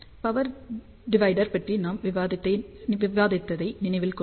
power divider பற்றி நாம் விவாதித்ததை நினைவில் கொள்க